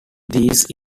these